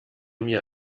mir